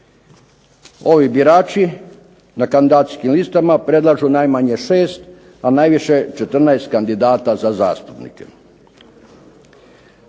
Ovi birači na kandidacijskim listama predlažu najmanje 6 a najaviše 14 kandidata za zastupnike.